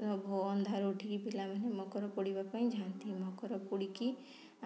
ଭୋର୍ ଅନ୍ଧାରୁ ଉଠିକି ପିଲାମାନେ ମକର ପୋଡ଼ିବା ପାଇଁ ଯାଆନ୍ତି ମକର ପୋଡ଼ିକି